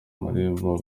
marembo